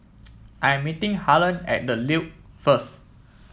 I am meeting Harlen at The Duke first